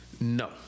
No